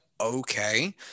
okay